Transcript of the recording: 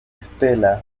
estela